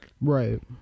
Right